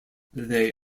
they